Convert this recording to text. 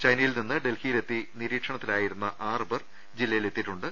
ചൈനയിൽ നിന്ന് ഡൽഹിയിലെത്തി നിരീ ക്ഷണത്തിലായിരുന്ന ആറ് പേർ ജില്ലയിൽ എത്തിയിട്ടുണ്ട്